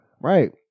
Right